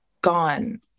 gone